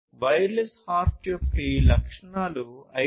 wireless HART యొక్క ఈ లక్షణాలు IEEE 802